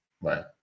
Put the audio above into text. Right